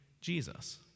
Jesus